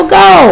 go